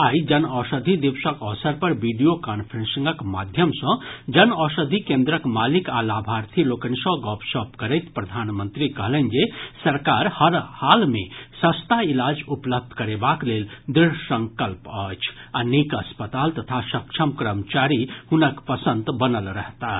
आइ जन औषधि दिवसक अवसर पर वीडियो कांफ्रेंसिंगक माध्यम सँ जन औषधि केंद्रक मालिक आ लाभार्थी लोकनि सँ गपशप करैत प्रधानमंत्री कहलनि जे सरकार हरहाल मे सस्ता इलाज उपलब्ध करेबाक लेल दृढ़संकल्प अछि आ नीक अस्पताल तथा सक्षम कर्मचारी हुनक पसंद बनल रहताह